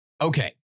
Okay